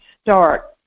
start